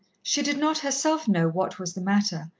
she did not herself know what was the matter,